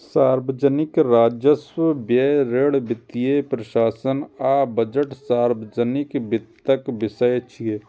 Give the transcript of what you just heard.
सार्वजनिक राजस्व, व्यय, ऋण, वित्तीय प्रशासन आ बजट सार्वजनिक वित्तक विषय छियै